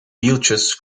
wieltjes